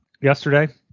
yesterday